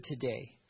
today